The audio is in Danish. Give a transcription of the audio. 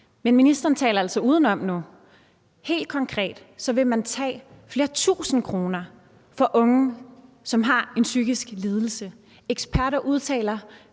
Men ministeren taler altså udenom nu. Helt konkret vil man tage flere tusinde kroner fra unge, som har en psykisk lidelse. Eksperter udtaler,